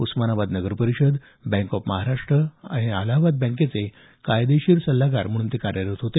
उस्मानाबाद नगर परिषद Bank of Maharashtra Allahabad बँकेचे कायदेशीर सल्लागार म्हणून कार्यरत होते